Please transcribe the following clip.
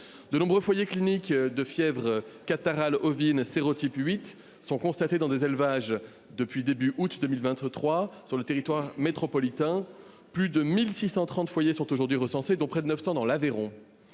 De nombreux foyers cliniques de fièvre catarrhale ovine de sérotype 8 sont constatés dans des élevages depuis le début du mois d’août dernier sur le territoire métropolitain. Plus de 1 630 foyers sont aujourd’hui recensés, notamment dans l’Aveyron,